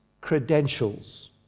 credentials